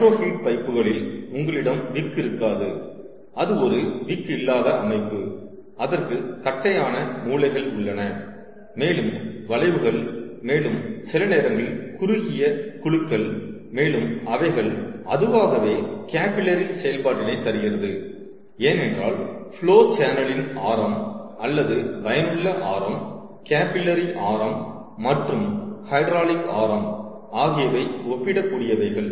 micro heat பைப்புகளில் உங்களிடம் wick இருக்காது அது ஒரு விக் இல்லாத அமைப்பு அதற்கு கட்டையான மூலைகள் உள்ளன மேலும் வளைவுகள் மேலும் சில நேரங்களில் குறுகிய குழுக்கள் மேலும் அவைகள் அதுவாகவே கேபில்லரி செயல்பாட்டினை தருகிறது ஏனென்றால் ஃபுலோ சேனலின் ஆரம் அல்லது பயனுள்ள ஆரம் கேபில்லரி ஆரம் மற்றும் ஹைட்ராலிக் ஆரம் ஆகியவை ஒப்பிடக் கூடியவைகள்